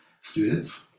students